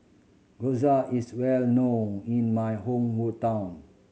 gyoza is well known in my home